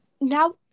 now